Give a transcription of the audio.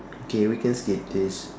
okay we can skip this